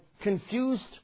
confused